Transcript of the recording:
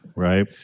Right